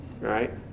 right